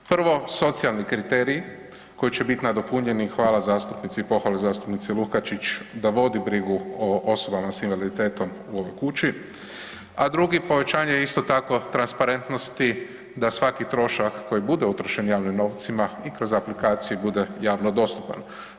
Prvo, socijalni kriterij koji će biti nadopunjeni, hvala zastupnici i pohvale zastupnici Lukačić da vodi brigu o osobama s invaliditetom u ovoj kući, a drugi povećanje isto tako transparentnosti da svaki trošak koji bude utrošen javnim novcima i kroz aplikaciju bude javno dostupan.